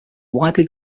widely